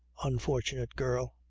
unfortunate girl!